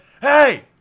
hey